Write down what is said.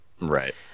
Right